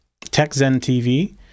techzenTV